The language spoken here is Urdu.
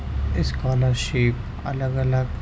اسکالر شپ الگ الگ